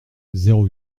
zéro